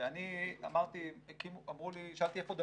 אני ארבעה שבועות פה,